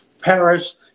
Paris